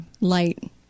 light